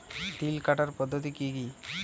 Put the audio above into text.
তিল কাটার পদ্ধতি কি কি?